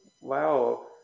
wow